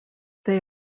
they